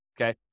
Okay